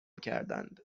کردند